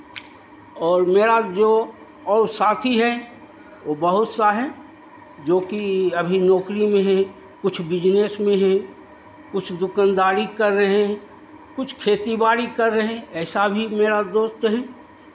और मेरा जो और साथी हैं ओ बहुत सा हैं जोकि अभी नौकरी में हैं कुछ बिज़नेस में हैं कुछ दुकानदारी कर रहे हैं कुछ खेती बाड़ी कर रहे हैं ऐसा भी मेरा दोस्त हैं